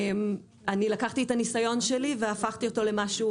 לקחתי את הניסיון שלי והפכתי אותו למשהו